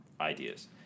ideas